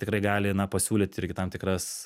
tikrai gali na pasiūlyti irgi tam tikras